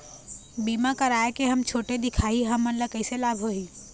बीमा कराए के हम छोटे दिखाही हमन ला कैसे लाभ होही?